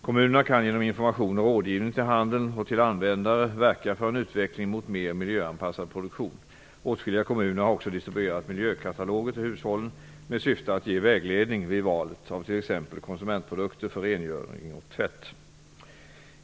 Kommunerna kan genom information och rådgivning till handeln och till användare verka för en utveckling mot mer miljöanpassad produktion. Åtskilliga kommuner har också distribuerat miljökataloger till hushållen med syfte att ge vägledning vid valet av t.ex. konsumentprodukter för rengöring och tvätt.